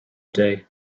day